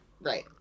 right